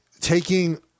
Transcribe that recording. taking